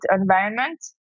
environment